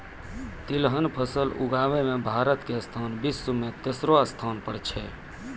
तिलहन फसल उगाबै मॅ भारत के स्थान विश्व मॅ तेसरो स्थान पर छै